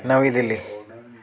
Navi Delhi